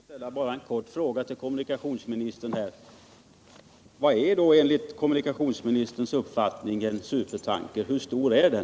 Herr talman! Då vill jag passa på att ställa en kort fråga till kommunikationsministern: Vad är enligt kommunikationsministerns uppfattning en supertanker? Hur stor är den?